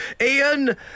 Ian